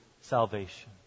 salvation